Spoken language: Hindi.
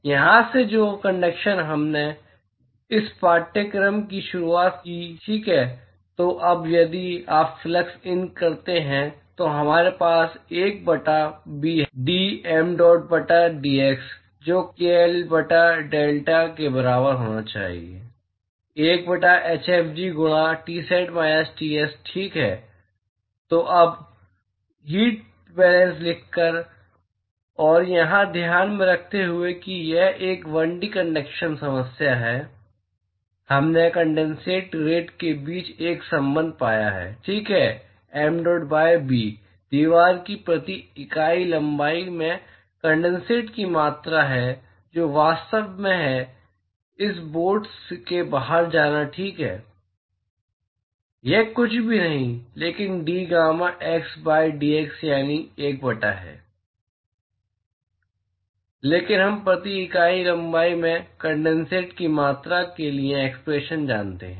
तो यहाँ से जो कनडक्शन हमने इस पाठ्यक्रम की शुरुआत की ठीक है तो अब यदि आप प्लग इन करते हैं तो हमारे पास 1 बटा b है d mdot बटा dx जो kl बटा डेल्टा के बराबर होना चाहिए 1 बटा hfg गुणा Tsat माइनस Ts ठीक है तो अब हीट बैलेन्स लिखकर और यह ध्यान में रखते हुए कि यह एक 1D कनडक्शन समस्या है हमने कनडेनसेट रेट के बीच एक संबंध पाया है ठीक है mdot by b दीवार की प्रति इकाई लंबाई में कनडेनसेट की मात्रा है जो वास्तव में है इस बोर्ड के बाहर जाना ठीक है यह कुछ भी नहीं है लेकिन d gamma x by dx यानी 1 बटा b लेकिन हम प्रति इकाई लंबाई में कनडेनसेट की मात्रा के लिए एक्सप्रेशन जानते हैं